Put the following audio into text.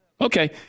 Okay